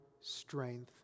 strength